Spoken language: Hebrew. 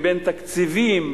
ובין תקציבים,